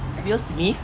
will smith